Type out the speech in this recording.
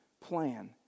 plan